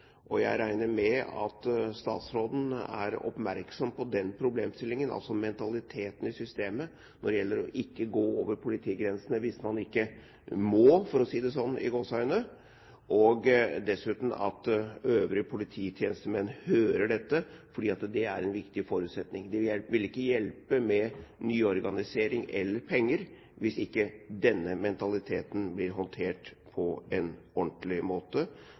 måte. Jeg regner med at statsråden er oppmerksom på denne problemstillingen, på mentaliteten i systemet, når det gjelder ikke å gå over politigrensene hvis man ikke «må» – for å si det slik – og, i tillegg, at øvrige polititjenestemenn hører dette, for det er en viktig forutsetning. Det vil ikke hjelpe med nyorganisering eller penger hvis denne mentaliteten ikke blir håndtert på en ordentlig måte.